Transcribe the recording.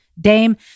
Dame